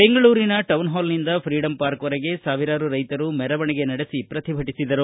ಬೆಂಗಳೂರಿನ ಟೌನ್ಹಾಲ್ನಿಂದ ಫ಼ೀಡಂ ಪಾರ್ಕವರೆಗೆ ಸಾವಿರಾರು ರೈತರು ಮೆರವಣಿಗೆ ನಡೆಸಿ ಪ್ರತಿಭಟಿಸಿದರು